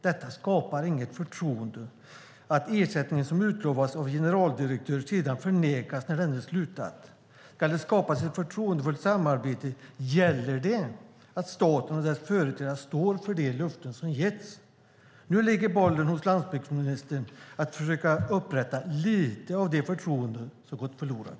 Det skapar inget förtroende att ersättningen som utlovats av generaldirektören sedan förnekas när denne slutat. Ska det skapas ett förtroende för ett samarbete gäller det att staten och dess företrädare står för de löften som getts. Nu ligger bollen hos landsbygdsministern att försöka upprätta lite av det förtroende som gått förlorat.